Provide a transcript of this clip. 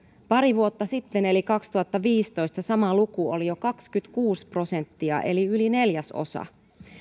pari vuotta sitten eli kaksituhattaviisitoista sama luku oli jo kaksikymmentäkuusi prosenttia eli yli neljäsosa